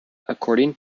according